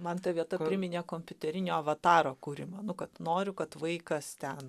man ta vieta priminė kompiuterinio avataro kūrimą nu kad noriu kad vaikas ten